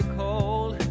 cold